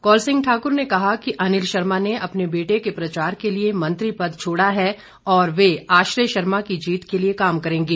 कौल सिंह ठाकुर ने कहा कि अनिल शर्मा ने अपने बेटे के प्रचार के लिए मंत्री पद छोड़ा है और वे आश्रय शर्मा की जीत के लिए काम करेंगे